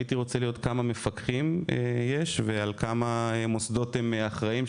הייתי רוצה לדעת כמה מפקחים יש ועל כמה מוסדות הם אחראיים,